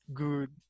good